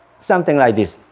something like this,